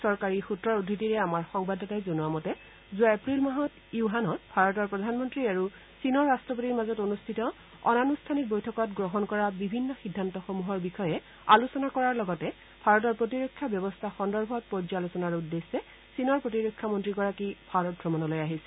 চৰকাৰী সূত্ৰৰ উদ্ধৃতিৰে আমাৰ সংবাদদাতাই জনোৱা মতে যোৱা এপ্ৰিলমাহত ইউহানত ভাৰতৰ প্ৰধানমন্ত্ৰী আৰু চীনৰ ৰট্টপতিৰ মাজত অনুষ্ঠিত অনানুষ্ঠানিক বৈঠকত গ্ৰহণ কৰা বিভিন্ন সিদ্ধান্তসমূহৰ বিষয়ে আলোচনা কৰাৰ লগতে ভাৰতৰ প্ৰতিৰক্ষা ব্যৱস্থা সন্দৰ্ভত পৰ্যালোচনাৰ উদ্দেশ্যে চীনৰ প্ৰতিৰক্ষামন্ত্ৰী গৰাকী ভাৰত অমণলৈ আহিছে